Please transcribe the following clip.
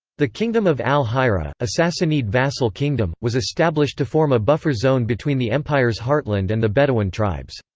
the kingdom of al-hirah, a sassanid vassal kingdom, was established to form a buffer zone between the empire's heartland and the bedouin tribes.